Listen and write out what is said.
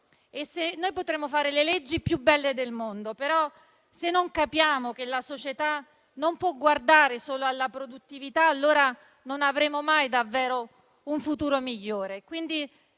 Potremo fare le leggi più belle del mondo ma, se non capiamo che la società non può guardare solo alla produttività, non avremo mai davvero un futuro migliore.